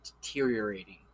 deteriorating